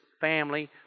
family